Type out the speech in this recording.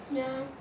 ya